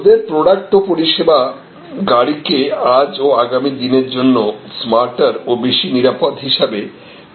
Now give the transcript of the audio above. ওদের প্রোডাক্ট ও পরিষেবা গাড়িকে আজ ও আগামী দিনের জন্য স্মার্টার ও বেশি নিরাপদ হিসাবে পরিচিতি দেবে